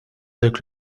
avec